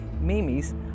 Mimis